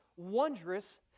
wondrous